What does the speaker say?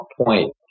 point